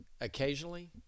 Occasionally